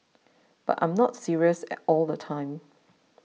but I am not serious at all the time